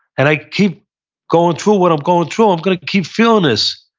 and i keep going through what i'm going through, i'm going to keep feeling this.